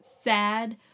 sad